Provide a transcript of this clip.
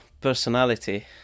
personality